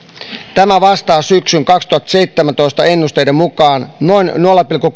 tämä vastaa syksyn kaksituhattaseitsemäntoista ennusteiden mukaan noin nolla pilkku